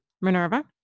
Minerva